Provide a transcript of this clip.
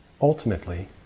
ultimately